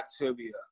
bacteria